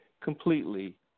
completely